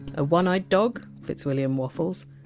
a one-eyed dog, fitzwilliam waffles.